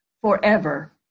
forever